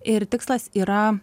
ir tikslas yra